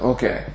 Okay